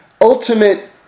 ultimate